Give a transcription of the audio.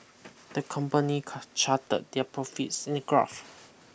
the company car charted their profits in a graph